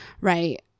right